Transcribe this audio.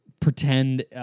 pretend